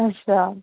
अच्छा